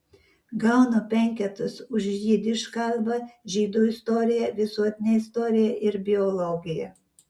gaunu penketus už jidiš kalbą žydų istoriją visuotinę istoriją ir biologiją